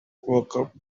workout